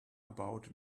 about